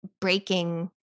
breaking